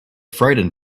frightened